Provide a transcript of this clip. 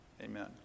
Amen